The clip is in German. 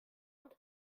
und